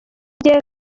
gihe